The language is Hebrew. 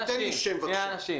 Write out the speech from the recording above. תיתן לי שֵם בבקשה.